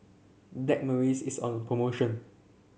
Blackmores is on promotion